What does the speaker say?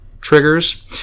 triggers